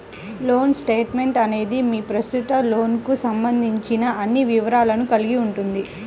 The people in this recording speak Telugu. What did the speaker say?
లోన్ స్టేట్మెంట్ అనేది మీ ప్రస్తుత లోన్కు సంబంధించిన అన్ని వివరాలను కలిగి ఉంటుంది